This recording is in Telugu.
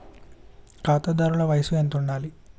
ఖాతాదారుల వయసు ఎంతుండాలి?